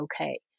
okay